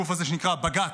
הגוף הזה שנקרא בג"ץ.